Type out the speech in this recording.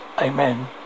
Amen